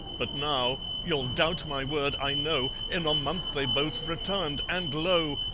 but now you'll doubt my word, i know in a month they both returned, and lo!